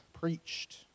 preached